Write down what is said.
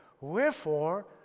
Wherefore